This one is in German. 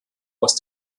aus